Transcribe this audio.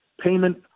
payment